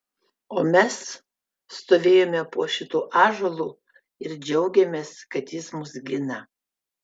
o mes stovėjome po šituo ąžuolu ir džiaugėmės kad jis mus gina